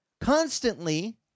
constantly